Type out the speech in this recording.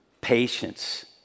patience